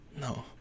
no